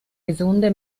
gesunde